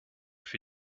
für